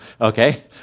okay